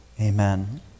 Amen